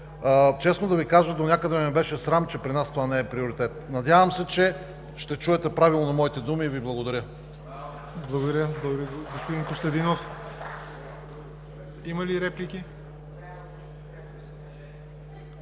Честно да Ви кажа, донякъде ме беше срам, че при нас това не е приоритет. Надявам се, че ще чуете правилно моите думи и Ви благодаря.